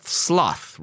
sloth